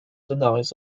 denies